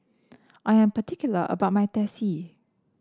I am particular about my Teh C